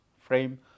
frame